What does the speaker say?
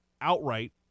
outright